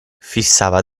fissava